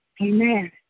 Amen